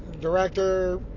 director